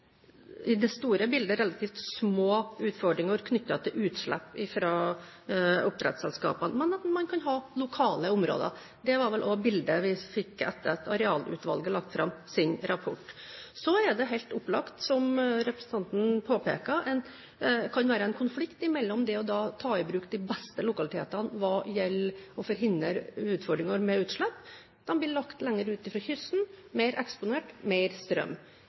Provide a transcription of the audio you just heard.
relativt små utfordringer knyttet til utslipp fra oppdrettsanleggene, men at man kan ha lokale områder. Det var vel også bildet vi fikk etter at Arealutvalget la fram sin rapport. Så er det helt opplagt, som representanten påpeker, at det kan være en konflikt mellom det å ta i bruk de beste lokalitetene hva gjelder å forhindre utfordringer med utslipp. De blir lagt lenger ut fra kysten, mer eksponert, når det gjelder strøm.